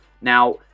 Now